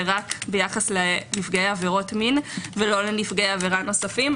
רק ביחס לנפגעי עבירות מין ולא לנפגעי עבירה נוספים.